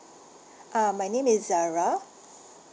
uh my name is zara